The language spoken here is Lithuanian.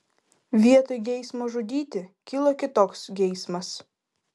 vietoj geismo žudyti kilo kitoks geismas